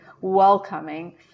welcoming